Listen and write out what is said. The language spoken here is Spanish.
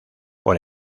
por